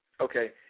Okay